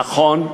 נכון,